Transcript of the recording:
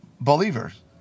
believers